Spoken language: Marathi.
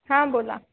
हां बोला